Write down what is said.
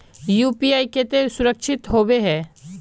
UPI केते सुरक्षित होबे है?